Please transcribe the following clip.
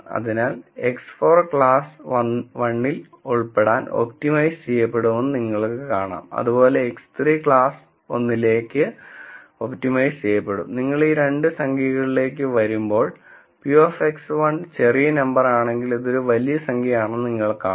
അതിനാൽ X4 class 1 ൽ ഉൾപ്പെടാൻ ഒപ്റ്റിമൈസ് ചെയ്യപ്പെടുമെന്ന് നിങ്ങൾക്ക് കാണാം അതുപോലെ X3 ക്ലാസ് 1 ൽ ഒപ്റ്റിമൈസ് ചെയ്യപ്പെടും നിങ്ങൾ ഈ രണ്ട് സംഖ്യകളിലേക്ക് വരുമ്പോൾ p of X1 ചെറിയ നമ്പർ ആണെങ്കിൽ ഇതൊരു വലിയ സംഖ്യയാണെന്ന് നിങ്ങൾ കാണും